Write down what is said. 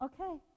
Okay